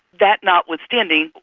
that notwithstanding,